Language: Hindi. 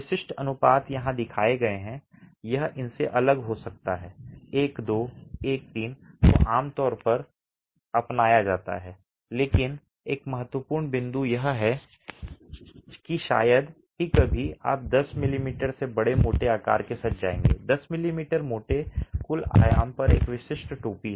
विशिष्ट अनुपात यहां दिखाए गए हैं यह इनसे अलग हो सकता है 1 2 1 3 को आम तौर पर अपनाया जाता है लेकिन एक महत्वपूर्ण बिंदु यह है कि शायद ही कभी आप 10 मिमी से बड़े मोटे आकार के साथ जाएंगे 10 मिमी मोटे कुल आयाम पर एक विशिष्ट टोपी है